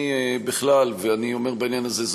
אני אומר בעניין הזה,